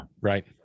Right